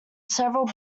several